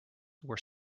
were